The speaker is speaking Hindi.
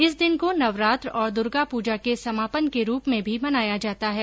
इस दिन को नवरात्र और दुर्गापूजा के समापन के रूप में भी मनाया जाता है